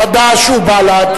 חד"ש ובל"ד,